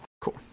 Cool